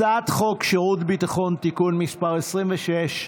הצעת חוק שירות ביטחון (תיקון מס' 26),